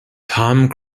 tom